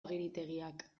agiritegiak